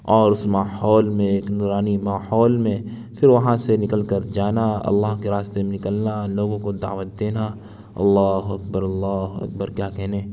اور اس ماحول میں ایک نورانی ماحول میں پھر وہاں سے نکل کر جانا اللہ کے راستے میں نکلنا لوگوں کو دعوت دینا اللہ اکبر اللہ اکبر کیا کہنے